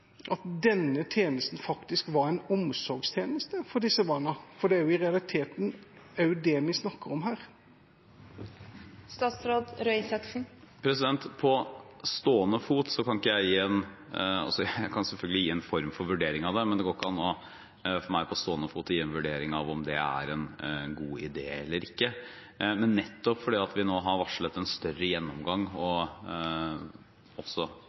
denne tjenesten faktisk er en omsorgstjeneste for disse barna? Det er jo i realiteten det vi snakker om her. Jeg kan selvfølgelig gi en form for vurdering av det, men det går ikke an for meg på stående fot å gi en vurdering av om det er en god idé eller ikke. Men nettopp fordi vi nå har varslet en større gjennomgang og